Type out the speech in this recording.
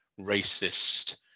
racist